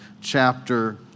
chapter